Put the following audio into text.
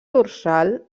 dorsal